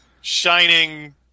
shining